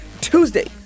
Tuesday